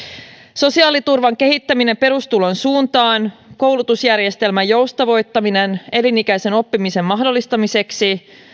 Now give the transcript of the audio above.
sosiaaliturvan kehittäminen perustulon suuntaan koulutusjärjestelmän joustavoittaminen elinikäisen oppimisen mahdollistamiseksi